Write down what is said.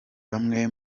bamwe